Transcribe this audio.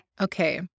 Okay